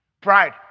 Pride